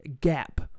gap